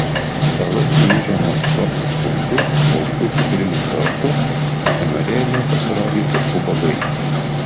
stalai lūžo nuo visokių kumpių baltų cukrinių tortų nenorėjome pasirodyti ubagai